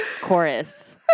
chorus